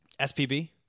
SPB